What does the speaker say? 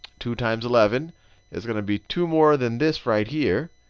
two times eleven is going to be two more than this right here.